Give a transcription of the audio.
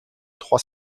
trois